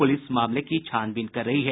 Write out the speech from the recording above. police मामले की छानबीन कर रही है